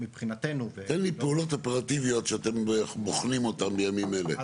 תן לי פעולות אופרטיביות שאתם בוחנים אותן בימים אלה,